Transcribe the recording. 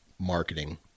marketing